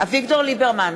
אביגדור ליברמן,